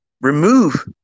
remove